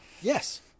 yes